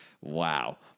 Wow